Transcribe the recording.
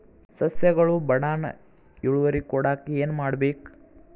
ಸಸ್ಯಗಳು ಬಡಾನ್ ಇಳುವರಿ ಕೊಡಾಕ್ ಏನು ಮಾಡ್ಬೇಕ್?